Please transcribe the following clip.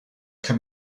can